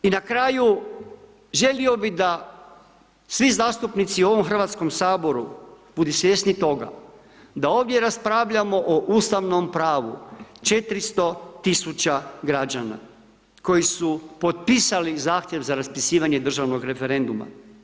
I na kraju želio bi da svi zastupnici u ovom Hrvatskom saboru, budu svjesni toga da ovdje raspravljamo o ustavnom pravu 400.000 građana koji su potpisali zahtjev za raspisivanje državnog referenduma.